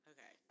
Okay